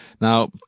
Now